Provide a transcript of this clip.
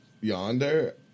yonder